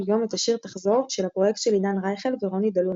יום את השיר "תחזור" של הפרויקט של עידן רייכל ורוני דלומי.